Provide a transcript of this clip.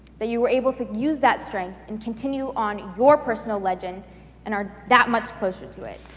that you are able to use that strength and continue on your personal legend and are that much closer to it.